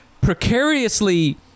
precariously